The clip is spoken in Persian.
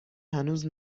هنوز